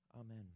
Amen